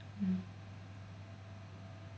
mm